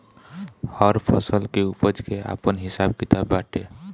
हर फसल के उपज के आपन हिसाब किताब बाटे